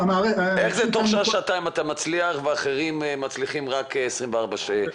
איך זה תוך שעה- שעתיים אתה מצליח והאחרים מצליחים רק תוך 24 שעות,